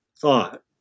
thought